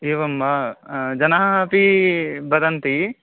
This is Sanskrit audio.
एवं वा जनाः अपि वदन्ति